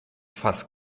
fass